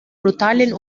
brutalen